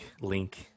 link